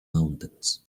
mountains